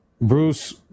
Bruce